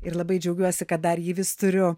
ir labai džiaugiuosi kad dar jį vis turiu